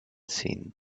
seen